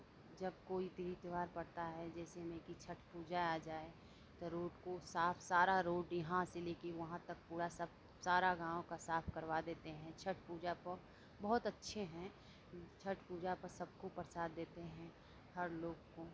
जब कोई तीज त्योहार पड़ता है जैसे में कि छठ पूजा आ जाए रोड को साफ़ सारा रोड यहां से ले के वहां तक पूरा सब सारा गांव का साफ़ करवा देते हैं छठ पूजा पर बहुत अच्छे हैं छठ पूजा पर सबको प्रसाद देते हैं हर लोग को